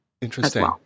Interesting